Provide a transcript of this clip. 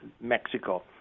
Mexico